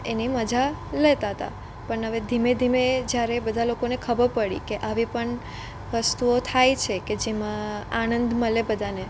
એની મજા લેતા હતા પણ હવે ધીમે ધીમે જ્યારે બધા લોકોને ખબર પડી કે આવી પણ વસ્તુઓ થાય છે કે જેમાં આનંદ મળે બધાને